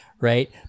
right